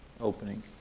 opening